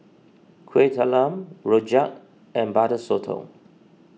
Kuih Talam Rojak and Butter Sotong